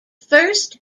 first